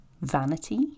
vanity